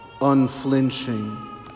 unflinching